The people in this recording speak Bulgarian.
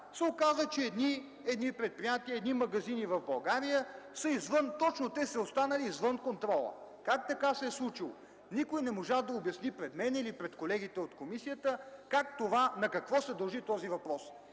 се оказа, че точно едни предприятия, едни магазини в България са останали извън контрола? Как така се е случило? Никой не можа да обясни пред мен или пред колегите от комисията на какво се дължи това.